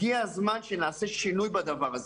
הגיע הזמן שנעשה שינוי בדבר הזה,